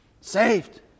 Saved